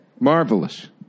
Marvelous